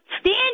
stand